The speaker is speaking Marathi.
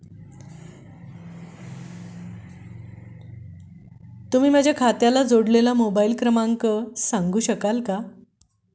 तुम्ही माझ्या खात्याला जोडलेला मोबाइल क्रमांक सांगू शकाल का?